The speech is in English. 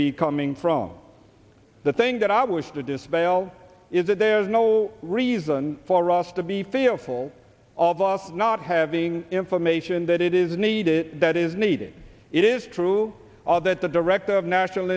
be coming from the thing that i wish to dispel is that there is no reason for us to be fearful of us not having information that is needed that is needed it is true that the director of national